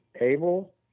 able